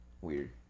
weird